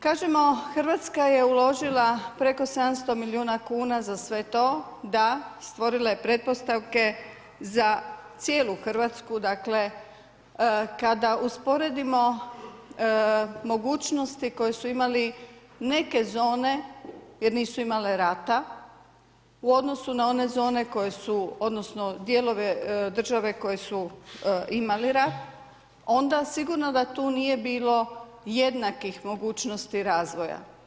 Kažemo Hrvatska je uložila preko 700 milijuna kuna za sve to, da stvorila je pretpostavke za cijelu Hrvatsku, dakle kada usporedimo mogućnosti koje su imale neke zone jer nisu imale rata u odnosu na one zone koje su odnosno dijelove države koji su imali rat, onda sigurno da tu nije bilo jednakih mogućnosti razvoja.